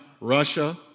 Russia